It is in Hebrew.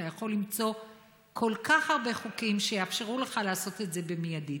אתה יכול למצוא כל כך הרבה חוקים שיאפשרו לך לעשות את זה מיידית.